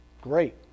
great